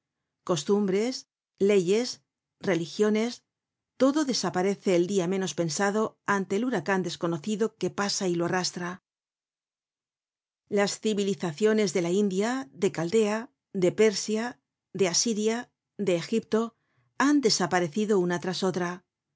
costumbres leyes religiones todo desaparece el dia menos pensado ante el huracan desconocido que pasa y lo arrastra las civilizaciones de la india de caldea de persia de asiria de egipto han desaparecido una tras otra